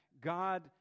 God